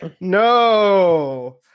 no